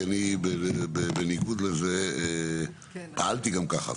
כי אני בניגוד לזה פעלתי גם ככה.